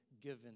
given